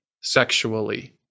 sexually